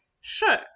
Sure